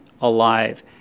alive